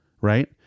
right